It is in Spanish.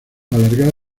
alargado